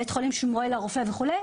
בית החולים שמואל הרופא וכו',